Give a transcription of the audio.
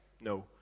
No